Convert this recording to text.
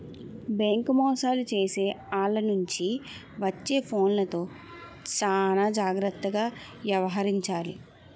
bank మోసాలు చేసే ఆల్ల నుంచి వచ్చే ఫోన్లతో చానా జాగర్తగా యవహరించాలి